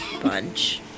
bunch